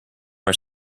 are